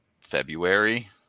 February